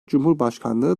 cumhurbaşkanlığı